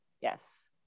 Yes